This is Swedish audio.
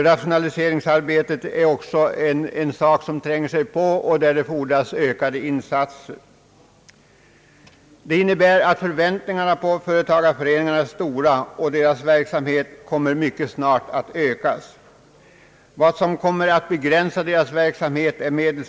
Rationaliseringsarbetet är också en sak som tränger sig på och där det fordras ökade insatser. Det sagda innebär att förväntningarna på företagareföreningarna är stora, och deras verksamhet kommer mycket snart att ökas. Medelstillgången kommer emellertid att begränsa deras verk samhet.